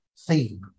theme